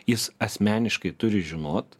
jis asmeniškai turi žinot